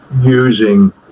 using